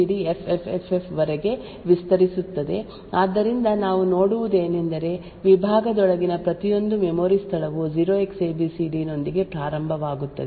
ಆದ್ದರಿಂದ ಈ ವಿಭಾಗವು 0Xabcd0000 ಸ್ಥಳದಲ್ಲಿ ಪ್ರಾರಂಭವಾಗುತ್ತದೆ ಮತ್ತು 0Xabcdffff ವರೆಗೆ ವಿಸ್ತರಿಸುತ್ತದೆ ಆದ್ದರಿಂದ ನಾವು ನೋಡುವುದೇನೆಂದರೆ ವಿಭಾಗದೊಳಗಿನ ಪ್ರತಿಯೊಂದು ಮೆಮೊರಿ ಸ್ಥಳವು 0Xabcd ನೊಂದಿಗೆ ಪ್ರಾರಂಭವಾಗುತ್ತದೆ